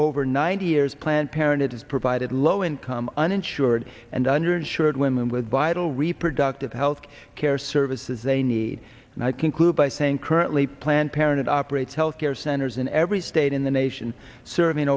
over ninety years planned parenthood has provided low income uninsured and under insured women with vital reproductive health care services they need and i conclude by saying currently planned parenthood operates health care centers in every state in the nation serving